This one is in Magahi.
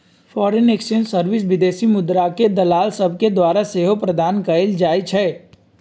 फॉरेन एक्सचेंज सर्विस विदेशी मुद्राके दलाल सभके द्वारा सेहो प्रदान कएल जाइ छइ